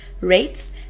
rates